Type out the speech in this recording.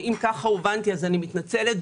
ואם ככה הובנתי אז אני מתנצלת.